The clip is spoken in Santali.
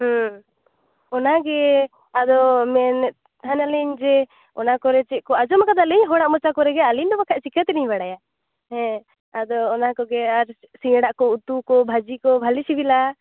ᱚᱱᱟ ᱜᱮ ᱟᱫᱚ ᱢᱮᱱᱮᱫ ᱛᱟᱦᱮᱱᱟᱞᱤᱧ ᱡᱮ ᱚᱱᱟ ᱠᱚᱨᱮ ᱪᱮᱫ ᱠᱚ ᱟᱸᱡᱚᱢ ᱟᱠᱟᱫᱟᱹᱞᱤᱧ ᱦᱚᱲᱟᱜ ᱢᱚᱪᱟ ᱠᱚᱨᱮ ᱜᱮ ᱟᱹᱞᱤᱧ ᱫᱚ ᱵᱟᱠᱷᱟᱡ ᱪᱤᱠᱟᱹ ᱛᱮᱞᱤᱧ ᱵᱟᱲᱟᱭᱟ ᱦᱮᱸ ᱟᱫᱚ ᱚᱱᱟ ᱠᱚᱜᱮ ᱟᱨ ᱥᱤᱧ ᱟᱲᱟᱜ ᱠᱚ ᱩᱛᱩ ᱠᱚ ᱵᱷᱟᱹᱡᱤ ᱠᱚ ᱵᱷᱟᱹᱞᱤ ᱥᱤᱵᱤᱞᱟ